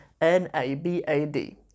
n-a-b-a-d